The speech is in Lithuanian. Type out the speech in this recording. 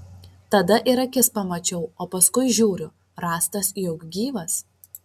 tada ir akis pamačiau o paskui žiūriu rąstas juk gyvas